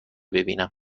ببینم